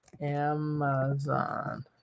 Amazon